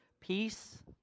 peace